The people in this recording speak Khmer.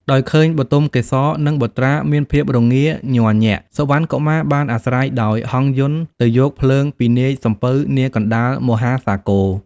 ដោយឃើញបទុមកេសរ និងបុត្រាមានភាពរងាញ័រញាក់ សុវណ្ណកុមារបានអាស្រ័យដោយហង្សយន្តទៅយកភ្លើងពីនាយសំពៅនាកណ្តាលមហាសាគរ។